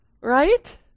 Right